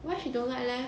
why she don't like leh